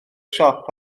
siop